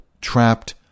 trapped